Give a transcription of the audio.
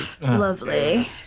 Lovely